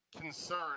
concern